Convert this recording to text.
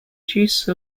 juice